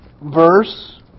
verse